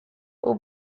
who